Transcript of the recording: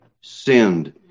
sinned